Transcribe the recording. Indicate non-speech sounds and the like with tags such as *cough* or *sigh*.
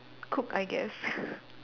cook I guess *laughs*